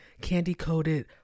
candy-coated